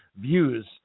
views